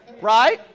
Right